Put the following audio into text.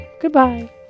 Goodbye